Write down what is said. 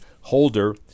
holder